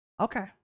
Okay